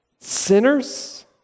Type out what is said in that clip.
sinners